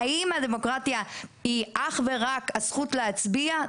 האם הדמוקרטיה היא אך ורק הזכות להצביע?